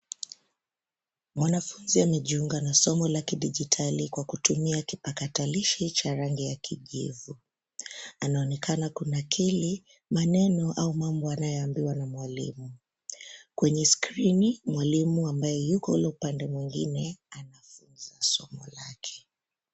Mwanafunzi anajiunga na somo la kijiditali kwa kutumia kipakatalishi cha rangi ya kijivu, anaonekana kunakili maneno au mambo anayoambiwa na mwalimu. Kwenye skrini, mwalimu ambaye yuko ule upande mwingine anafunza somo lake.